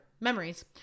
Memories